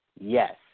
Yes